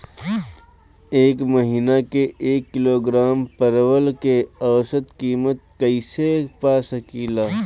एक महिना के एक किलोग्राम परवल के औसत किमत कइसे पा सकिला?